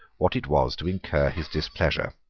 what it was to incur his displeasure.